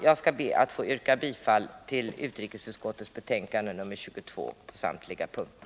Jag skall be att få yrka bifall till utskottets hemställan i betänkandet 22 på samtliga punkter.